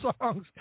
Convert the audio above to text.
songs